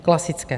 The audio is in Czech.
Klasické.